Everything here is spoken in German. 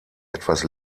etwas